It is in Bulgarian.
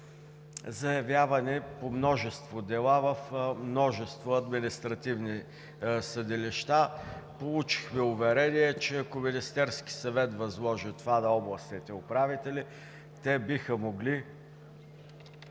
за явяване по множество дела в множество административни съдилища. Получихме уверение, че ако Министерският съвет възложи това на областните управители, те биха могли